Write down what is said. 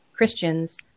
Christians